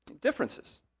Differences